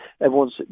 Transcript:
Everyone's